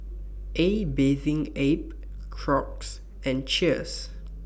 A Bathing Ape Crocs and Cheers